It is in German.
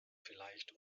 vielleicht